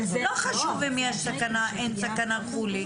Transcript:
לא חשוב אם יש סכנה או אין סכנה וכו'.